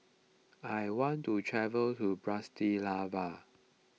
I want to travel to Bratislava